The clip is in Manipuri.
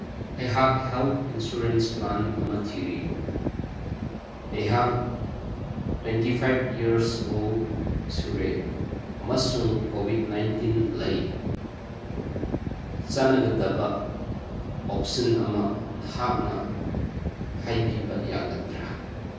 ꯑꯩꯍꯥꯛ ꯍꯦꯜꯠ ꯏꯟꯁꯨꯔꯦꯟꯁ ꯄ꯭ꯂꯥꯟ ꯑꯃ ꯊꯤꯔꯤ ꯑꯩꯍꯥꯛ ꯇ꯭ꯋꯦꯟꯇꯤ ꯏꯌꯥꯔꯁ ꯑꯣꯜ ꯁꯨꯔꯦ ꯑꯃꯁꯨꯡ ꯀꯣꯚꯤꯠ ꯅꯥꯏꯟꯇꯤꯟ ꯂꯩ ꯆꯥꯟꯅꯒꯗꯕ ꯑꯣꯞꯁꯟ ꯑꯃ ꯅꯍꯥꯛꯅ ꯍꯥꯏꯕꯤꯕ ꯌꯥꯒꯗ꯭ꯔꯥ